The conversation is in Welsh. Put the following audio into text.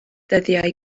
dyddiau